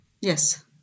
Yes